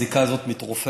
הזיקה הזאת מתרופפת,